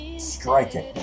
Striking